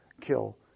kill